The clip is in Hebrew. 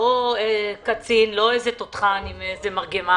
לא קצין, לא תותחן עם מרגמה